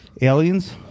Aliens